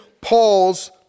Paul's